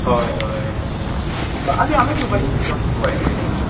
हय हय सुप आनी आमीय सुपारीच म्हणटा आमी सुपारी म्हणटा तुमी